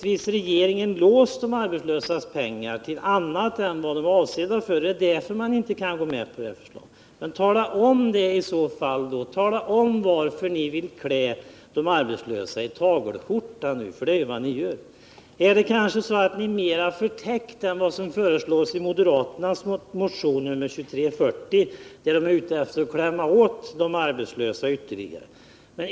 Har regeringen möjligtvis låst de arbetslösas pengar till annat än det för vilket de är avsedda? Är det därför de inte kan gå med på det föreliggande förslaget? Men tala i så fall om det, tala om varför ni nu vill klä de arbetslösa i tagelskjorta, för det är vad ni gör. Är det kanske så att ni mera förtäckt än vad som sker i moderaternas motion nr 2340 är ute efter att klämma åt de arbetslösa ytterligare?